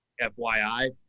FYI